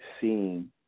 seeing